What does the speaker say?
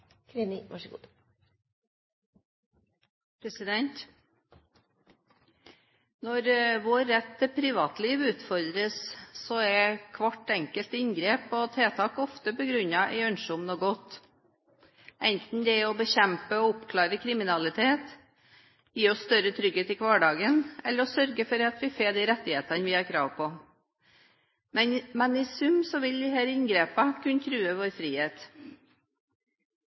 – og så flommer disse forslagene innover oss. Det hadde vært utmerket hvis statsråden hadde tatt det med i sin vurdering når hun fremmer personvernmeldingen. Når vår rett til privatliv utfordres, er hvert enkelt inngrep og tiltak ofte begrunnet i ønsket om noe godt, enten det er å bekjempe og oppklare kriminalitet, gi oss større trygghet i hverdagen eller å sørge for at vi får de rettighetene vi har krav på. Men